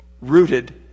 rooted